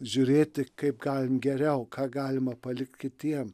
žiūrėti kaip galim geriau ką galima palikt kitiem